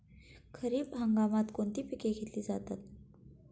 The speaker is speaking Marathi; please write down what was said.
खरीप हंगामात कोणती पिके घेतली जातात?